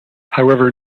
however